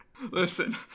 Listen